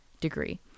degree